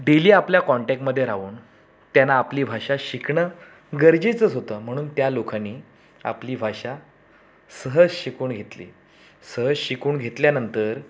daily आपल्या कॉन्टॅकमध्ये राहून त्यांना आपली भाषा शिकणं गरजेचंच होतं म्हणून त्या लोकांनी आपली भाषा सहज शिकून घेतली सहज शिकून घेतल्यानंतर